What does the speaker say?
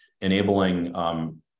enabling